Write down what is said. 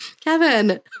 Kevin